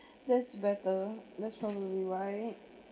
that's better that's probably why